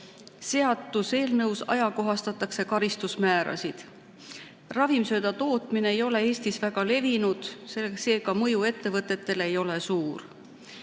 Seaduseelnõus ajakohastatakse karistusmäärasid. Ravimsööda tootmine ei ole Eestis väga levinud, seega mõju ettevõtetele ei ole suur.